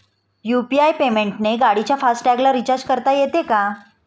UPI पेमेंटने गाडीच्या फास्ट टॅगला रिर्चाज करता येते का?